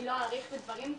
אני לא אאריך בדברים,